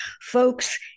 folks